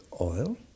oil